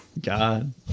God